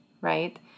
right